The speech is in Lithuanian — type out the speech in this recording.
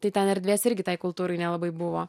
tai ten erdvės irgi tai kultūrai nelabai buvo